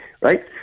right